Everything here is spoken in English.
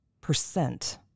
percent